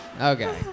okay